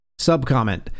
Subcomment